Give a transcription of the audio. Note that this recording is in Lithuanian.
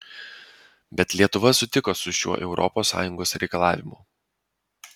bet lietuva sutiko su šiuo europos sąjungos reikalavimu